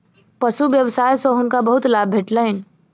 पशु व्यवसाय सॅ हुनका बहुत लाभ भेटलैन